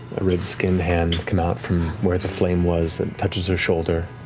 a red skinned hand come out from where the flame was that touches her shoulder,